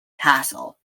castle